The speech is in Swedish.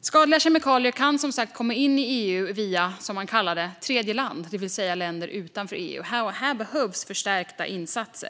Skadliga kemikalier kan som sagt komma in i EU via tredjeland, som man kallar det, det vill säga ett land utanför EU. Här behövs förstärkta insatser.